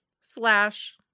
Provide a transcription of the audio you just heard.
slash